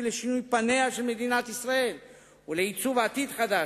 לשינוי פניה של מדינת ישראל ולעיצוב עתיד חדש,